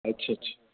अच्छा अच्छा